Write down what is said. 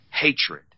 Hatred